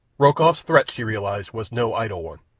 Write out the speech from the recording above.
rokoff's threat, she realized, was no idle one.